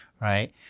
right